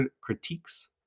critiques